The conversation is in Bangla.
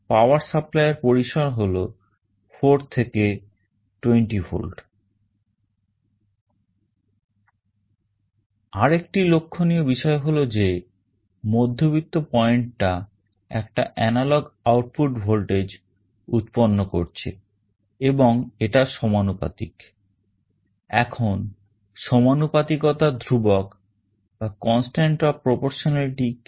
power supplyএর পরিসর হল 4 থেকে 20 volt আরেকটি লক্ষণীয় বিষয় হলো যে মধ্যবর্তী পয়েন্ট কি